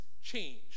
change